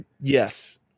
Yes